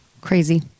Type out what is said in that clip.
Crazy